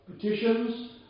petitions